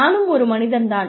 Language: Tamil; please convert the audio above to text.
நானும் ஒரு மனிதன் தான்